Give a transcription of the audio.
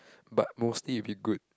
but mostly it be good